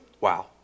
Wow